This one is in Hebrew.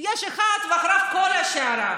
יש אחד ואחריו כל השיירה,